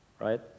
right